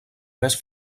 més